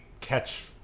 catch